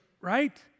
right